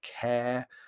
care